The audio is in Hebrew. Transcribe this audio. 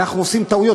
אנחנו עושים טעויות.